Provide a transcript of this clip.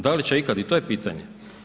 Da li će ikada i to je pitanje.